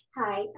Hi